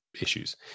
issues